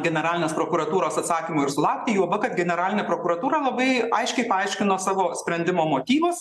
generalinės prokuratūros atsakymo ir sulaukti juoba kad generalinė prokuratūra labai aiškiai paaiškino savo sprendimo motyvus